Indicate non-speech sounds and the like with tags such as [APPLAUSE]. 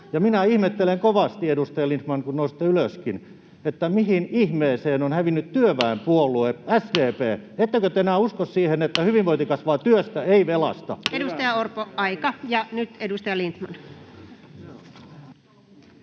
minä ihmettelen kovasti, edustaja Lindtman, kun nousitte ylöskin, mihin ihmeeseen on hävinnyt [NOISE] työväenpuolue SDP. Ettekö te enää usko siihen, [NOISE] että hyvinvointi kasvaa työstä, ei velasta? Edustaja Orpo, aika. — Nyt edustaja Lindtman.